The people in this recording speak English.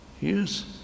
Yes